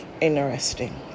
interesting